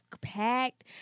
packed